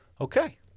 Okay